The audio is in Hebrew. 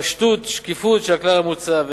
פשטות ושיקוף של הכלל המוצע,